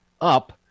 up